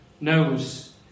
knows